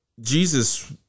Jesus